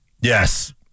Yes